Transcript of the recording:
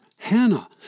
Hannah